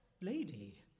lady